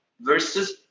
versus